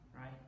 Right